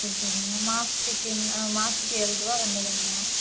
சரி சரிங்க மாசத்துக்கு ஆ மாசத்துக்கு ஏழ்ரூவா வந்துருங்க